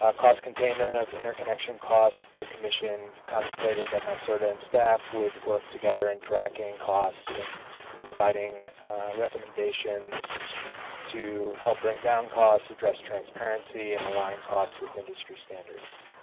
ah containment of interconnection costs, the commission contemplated that nycerta and staff would work together in tracking costs and providing recommendations to help bring down costs, address transparency and allowing costs with industry standards.